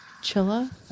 Chilla